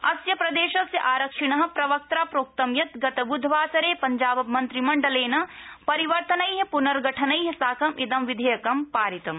अस्य प्रदेशस्य आरक्षिण प्रवक्त्रा प्रोक्त यत् गत ब्धवासरे पञ्जाबमन्त्रिमण्डलेन परिवर्तनै प्नर्गठनै साकं इद विधेयकं पारितम्